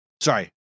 Sorry